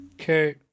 okay